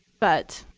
but